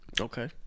Okay